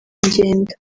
ngenda